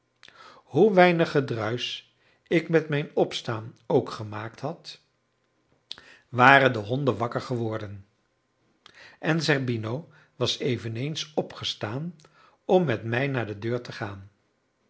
hoe weinig gedruisch ik met mijn opstaan ook gemaakt had waren de honden wakker geworden en zerbino was eveneens opgestaan om met mij naar de deur te gaan